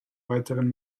weiteren